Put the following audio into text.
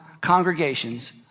congregations